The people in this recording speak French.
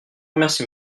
remercie